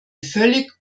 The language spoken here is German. völlig